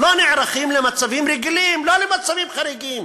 לא נערכים למצבים רגילים, לא למצבים חריגים,